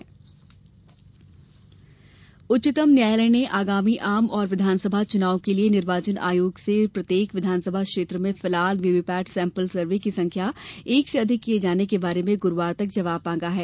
सुको वीवीपैट उच्चतम न्यायालय ने आगामी आम और विधानसभा चुनाव के लिए निर्वाचन आयोग से प्रत्येक विधानसभा क्षेत्र में फिलहाल वीवीपैट सेंपल सर्वे की संख्या एक से अधिक किए जाने के बारे में गुरूवार तक जवाब मांगा है